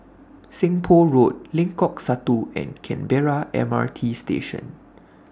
Seng Poh Road Lengkok Satu and Canberra M R T Station